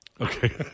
Okay